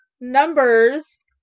numbers